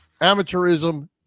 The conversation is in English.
amateurism